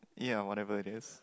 ya whatever is it